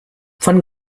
von